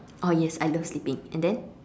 oh yes I love sleeping and then